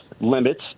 limits